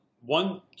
one